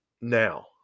Now